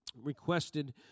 requested